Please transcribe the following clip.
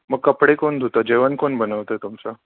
मग कपडे कोण धुतं जेवण कोण बनवतं तुमचं